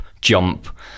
jump